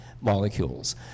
molecules